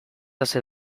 hasi